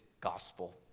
gospel